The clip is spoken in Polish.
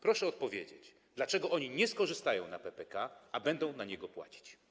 Proszę odpowiedzieć, dlaczego oni nie skorzystają na PPK, a będą na niego płacić.